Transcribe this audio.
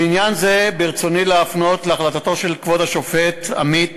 בעניין זה ברצוני להפנות להחלטתו של כבוד השופט עמית